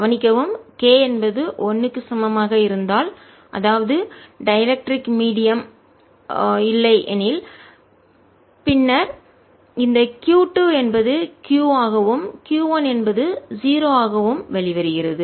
கவனிக்கவும் k என்பது 1 க்கு சமமாக இருந்தால் அதாவதுடைஎலெக்ர்டிக் மீடியம் மின்கடத்தா ஊடகம் இல்லை எனில் பின்னர் இந்த q 2 என்பது q ஆகவும் q 1 என்பது 0 ஆகவும் வெளிவருகிறது